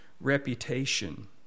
reputation